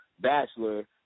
bachelor